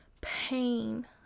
pain